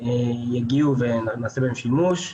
יגיעו ונעשה בהן שימוש.